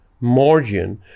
margin